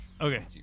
Okay